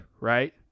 right